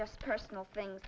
just personal thing